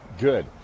good